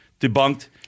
debunked